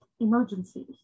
emergencies